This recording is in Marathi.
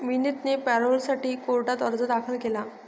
विनीतने पॅरोलसाठी कोर्टात अर्ज दाखल केला